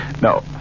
No